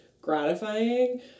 gratifying